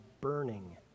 burning